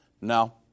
No